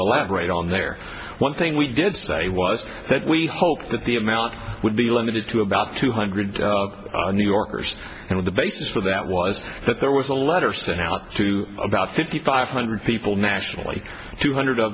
elaborate on there one thing we did say was that we hoped that the amount would be limited to about two hundred new yorkers and of the basis for that was that there was a letter sent out to about fifty five hundred people nationally two hundred of